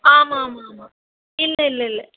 ஆமாம் ஆமாம் ஆமாம் இல்லை இல்லை இல்லை